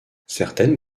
certaines